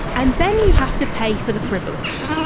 and then you have to pay for the privilege.